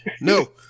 No